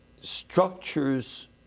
structures